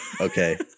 okay